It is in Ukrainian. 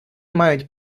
мають